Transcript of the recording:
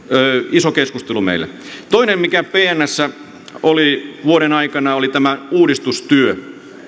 iso keskustelu meillä toinen mikä pnssä oli vuoden aikana oli tämä uudistustyö